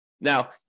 Now